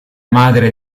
madre